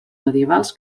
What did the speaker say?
medievals